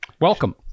Welcome